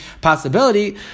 possibility